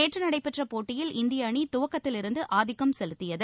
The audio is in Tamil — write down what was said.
நேற்று நடைபெற்ற போட்டியில் இந்திய அணி துவக்கத்திலிருந்து ஆதிக்கம் செலுத்தியது